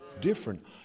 different